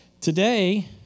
today